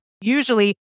Usually